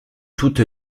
toute